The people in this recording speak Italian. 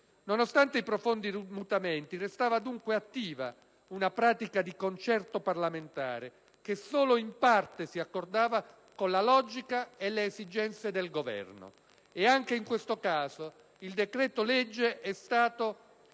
Nonostante i profondi mutamenti, restava dunque attiva una pratica di concerto parlamentare che solo in parte si accordava con la logica e le esigenze del Governo. Anche in questo caso il decreto-legge è stato